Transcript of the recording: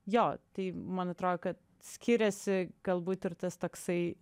jo tai man atrodo kad skiriasi galbūt ir tas toksai